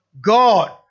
God